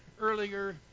earlier